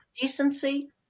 decency